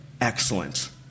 excellent